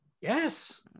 Yes